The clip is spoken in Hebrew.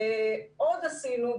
עוד עשינו.